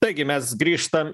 taigi mes grįžtam